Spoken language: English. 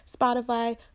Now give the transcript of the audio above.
Spotify